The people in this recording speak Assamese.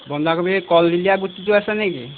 বন্ধাকবি কলদিলীয়া গুটিটো আছে নেকি